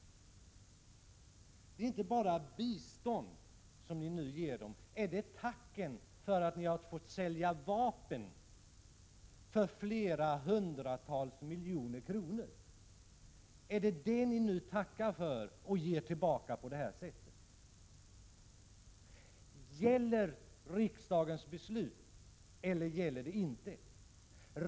Det är inte bara bistånd ni nu ger dem. Är det tacken för att ni har fått sälja vapen för hundratals miljoner kronor? Är det detta ni nu tackar för och ger tillbaka på det här sättet? Gäller riksdagens beslut eller gäller det inte?